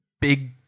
big